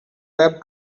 web